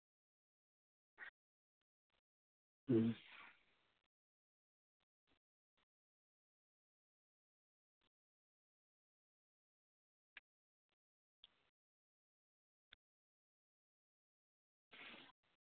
ᱦᱩᱸ